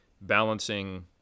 balancing